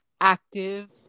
active